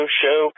show